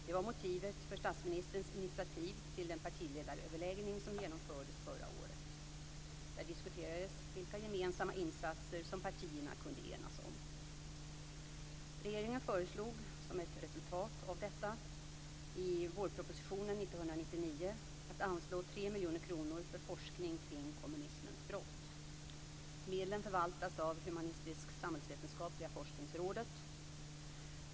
Det var motivet för statsministerns initiativ till den partiledaröverläggning som genomfördes förra året. Där diskuterades vilka gemensamma insatser som partierna kunde enas om. Regeringen föreslog, som ett resultat av detta, i vårpropositionen 1999 att anslå 3 miljoner kronor för forskning kring kommunismens brott. Medlen förvaltas av Humanistisk-samhällsvetenskapliga forskningsrådet.